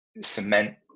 cement